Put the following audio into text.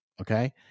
Okay